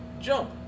Jump